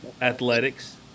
Athletics